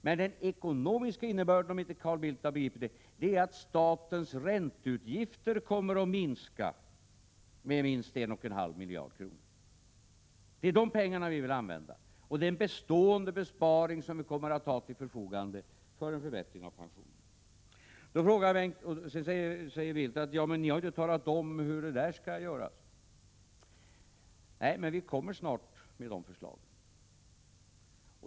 Men den ekonomiska innebörden är, om Carl Bildt inte har begripit det, att statens ränteutgifter kommer att minska med minst 1,5 miljarder kronor. Det är dessa pengar som vi vill använda. Det är en bestående besparing som vi kommer att ha till förfogande för en förbättring av pensionerna. Bildt säger att vi inte har talat om hur detta skall göras. Nej, det har vi inte gjort. Men vi kommer snart med dessa förslag.